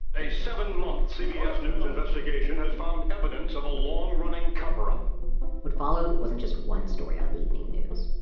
a seven month cbs news investigation has found evidence of a long running covered up um what followed wasn't just one story on the evening news.